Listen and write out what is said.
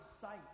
sight